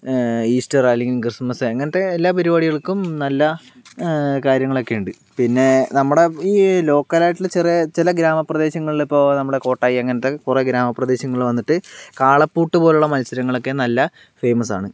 Easter അല്ലെങ്കിൽ Christmas അങ്ങനത്തെ എല്ലാ പരിപാടികൾക്കും നല്ല കാര്യങ്ങളൊക്കെ ഉണ്ട് പിന്നെ നമ്മടെ ഈ ലോക്കൽ ആയിട്ടുള്ള ചെറിയ ചില ഗ്രാമപ്രദേശങ്ങളില് ഇപ്പോ നമ്മളെ കൊട്ടായി അങ്ങനത്തെ കുറെ ഗ്രാമപ്രദേശങ്ങളില് വന്നിട്ട് കാളപൂട്ട് പോലെള്ള മത്സരങ്ങളോക്കെ നല്ല ഫെയ്മസാണ്